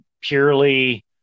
purely